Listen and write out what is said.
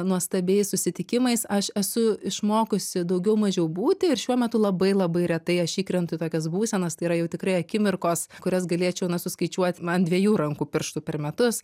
nuostabiais susitikimais aš esu išmokusi daugiau mažiau būti ir šiuo metu labai labai retai aš įkrentu į tokias būsenas tai yra jau tikrai akimirkos kurias galėčiau na suskaičiuot ant dviejų rankų pirštų per metus